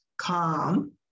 Calm